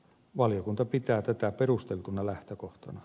valiokunta pitää tätä perusteltuna lähtökohtana